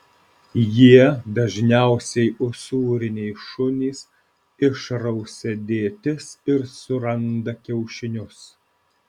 jie dažniausiai usūriniai šunys išrausia dėtis ir suranda kiaušinius